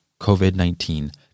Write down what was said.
COVID-19